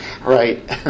right